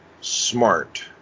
smart